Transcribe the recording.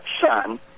son